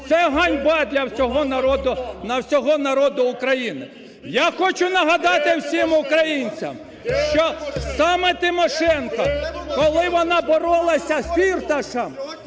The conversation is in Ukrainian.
Це ганьба для всього народу України. Я хочу нагадати всім українцям, що саме Тимошенко, коли вона боролася з Фірташем,